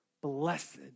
Blessed